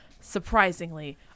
Surprisingly